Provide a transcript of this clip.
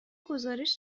گزارش